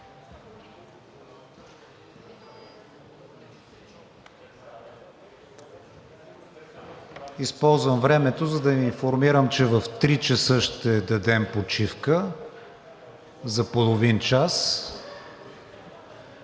Използвам времето, за да Ви информирам, че в 15,00 ч. ще дадем почивка за половин час.